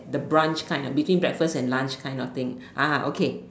the brunch kind ah between breakfast and lunch kind of thing ah okay